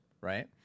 right